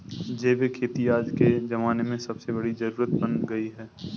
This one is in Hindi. जैविक खेती आज के ज़माने की सबसे बड़ी जरुरत बन गयी है